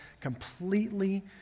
completely